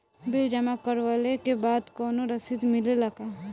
Bill जमा करवले के बाद कौनो रसिद मिले ला का?